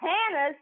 Hannah's